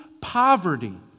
poverty